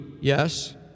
yes